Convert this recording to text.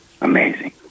amazing